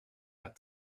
had